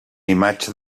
imatge